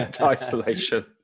isolation